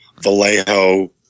Vallejo